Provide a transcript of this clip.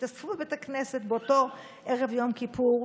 התאספו בבית הכנסת באותו ערב יום כיפור,